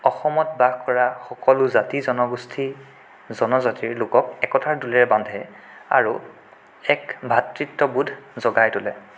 অসমত বাস কৰা সকলো জাতি জনগোষ্ঠী জনজাতিৰ লোকক একতাৰ ডোলেৰে বান্ধে আৰু এক ভাতৃত্ববোধ জগাই তোলে